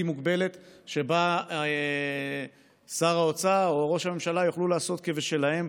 מוגבלת שבה שר האוצר או ראש הממשלה יוכלו לעשות כבשלהם,